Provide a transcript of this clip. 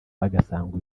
bagasanga